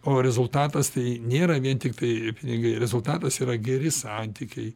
o rezultatas tai nėra vien tiktai pinigai rezultatas yra geri santykiai